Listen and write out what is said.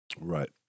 Right